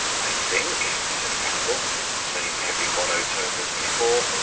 i think, said basil, in the same heavy monotone as before,